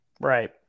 Right